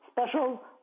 special